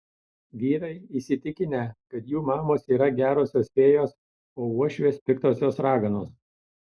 vyrai įsitikinę kad jų mamos yra gerosios fėjos o uošvės piktosios raganos